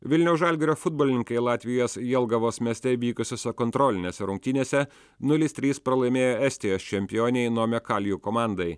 vilniaus žalgirio futbolininkai latvijos jelgavos mieste vykusiose kontrolinėse rungtynėse nulis trys pralaimėjo estijos čempionei nome kalju komandai